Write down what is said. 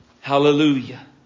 Hallelujah